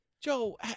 Joe